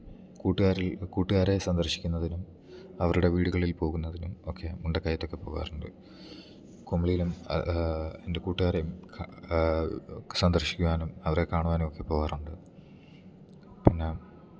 കൂട്ടുകാരിൽ കൂട്ടുകാരെ സന്ദർശിക്കുന്നതിനും അവരുടെ വീടുകളിൽ പോകുന്നതിനും ഒക്കെ മുണ്ടക്കയത്തൊക്കെ പോവാറുണ്ട് കുമളിയിലും എൻ്റെ കൂട്ടുകാരെയും സന്ദർശിക്കുവാനും അവരെ കാണുവാനും ഒക്കെ പോവാറുണ്ട് പിന്നെ